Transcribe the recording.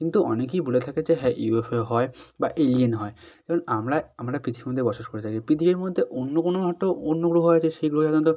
কিন্তু অনেকেই বলে থাকে যে হ্যাঁ ইউএফও হয় বা এলিয়েন হয় কারণ আমরা আমরা পৃথিবীর মধ্যে বসবাস করে থাকি পৃথিবীর মধ্যে অন্য কোনো একটা অন্য গ্রহ আছে সেগুলোয় সাধারণত